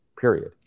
period